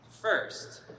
First